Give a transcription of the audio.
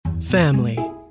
family